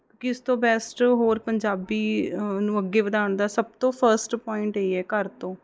ਕਿਉਂਕਿ ਇਸ ਤੋਂ ਬੈਸਟ ਹੋਰ ਪੰਜਾਬੀ ਨੂੰ ਅੱਗੇ ਵਧਾਉਣ ਦਾ ਸਭ ਤੋਂ ਫਸਟ ਪੁਆਇੰਟ ਇਹ ਹੈ ਘਰ ਤੋਂ